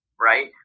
Right